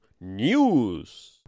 news